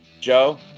Joe